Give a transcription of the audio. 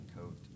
coat